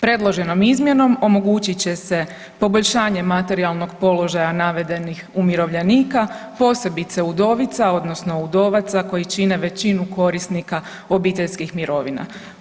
Predloženom izmjenom omogućit će se poboljšanje materijalnog položaja navedenih umirovljenika, posebice udovica odnosno udovaca koji čine većinu korisnika obiteljskih mirovina.